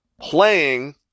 playing